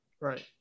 Right